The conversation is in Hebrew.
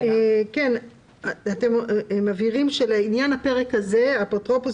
אתם מבהירים שלעניין הפרק הזה האפוטרופוס